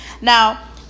Now